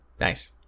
Nice